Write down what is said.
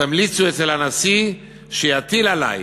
תמליצו אצל הנשיא שיטיל עלי,